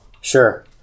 Sure